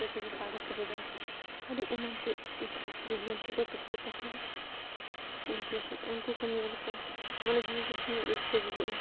ᱡᱮᱭᱥᱮ ᱠᱤ ᱯᱟᱨᱠ ᱨᱮᱫᱚ ᱟᱹᱰᱤ ᱮᱢᱟᱱ ᱛᱮ ᱡᱤᱵᱽ ᱡᱚᱱᱛᱩ ᱠᱚ ᱛᱟᱠᱚ ᱛᱟᱦᱮᱱᱟ ᱩᱱᱠᱩ ᱩᱱᱠᱩ ᱠᱚᱢ ᱧᱮᱞ ᱠᱚᱣᱟ ᱢᱟᱱᱮ ᱡᱤᱣᱤ ᱠᱚ ᱛᱤᱱᱟᱹᱜ ᱨᱟᱹᱥᱠᱟᱹ ᱵᱩᱡᱷᱟᱹᱜᱼᱟ